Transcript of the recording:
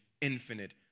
infinite